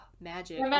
Magic